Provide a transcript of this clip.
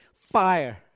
fire